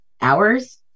hours